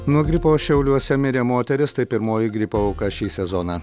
nuo gripo šiauliuose mirė moteris tai pirmoji gripo auka šį sezoną